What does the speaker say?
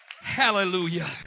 Hallelujah